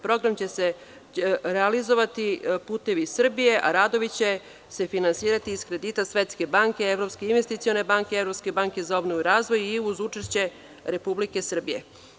Program će realizovati Putevi Srbije, a radovi će se finansirati iz kredita Svetske banke, Evropske investicione banke, Evropske za obnovu i razvoj i uz učešće Republike Srbije.